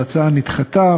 וההצעה נדחתה.